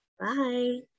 Bye